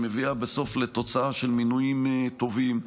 שמביאה בסוף לתוצאה של מינויים טובים.